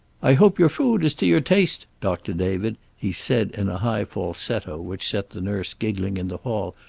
i hope your food is to your taste, doctor david, he said, in a high falsetto which set the nurse giggling in the hall.